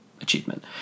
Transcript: achievement